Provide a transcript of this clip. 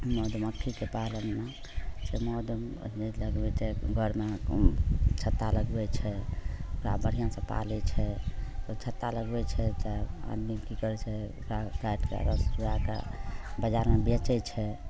मधुमक्खीके पालनमे मध नहि लगबै छै घरमे छत्ता लगबै छै ओकरा बढ़िआँसँ पालैत छै तऽ छत्ता लगबै छै तऽ आदमी की करै छै ओकरा काटि कऽ रस छोड़ा कऽ बजारमे बेचैत छै